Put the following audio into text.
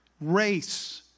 race